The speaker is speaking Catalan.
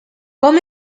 com